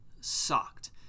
sucked